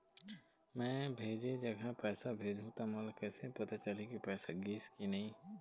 मैं भेजे जगह पैसा भेजहूं त मोला कैसे पता चलही की पैसा गिस कि नहीं?